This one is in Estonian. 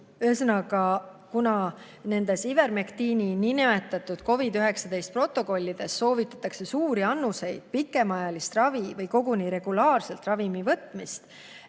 Ühesõnaga, kuna nendes ivermektiini nn COVID-19 protokollides soovitatakse suuri annuseid, pikemaajalist ravi või koguni regulaarselt ravimi võtmist,